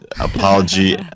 apology